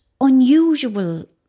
unusual